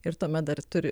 ir tuomet dar turi